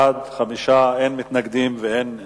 בעד, 5, אין מתנגדים ואין נמנעים.